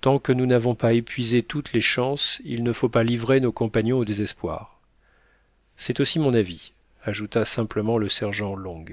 tant que nous n'avons pas épuisé toutes les chances il ne faut pas livrer nos compagnons au désespoir c'est aussi mon avis ajouta simplement le sergent long